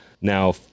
now